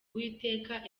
uwiteka